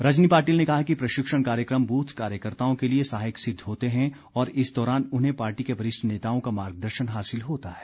रजनी पाटिल ने कहा कि प्रशिक्षण कार्यक्रम बूथ कार्यकर्ताओं के लिए सहायक सिद्ध होते हैं और इस दौरान उन्हें पार्टी के वरिष्ठ नेताओं का मार्गदर्शन हासिल होता है